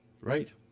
right